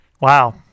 Wow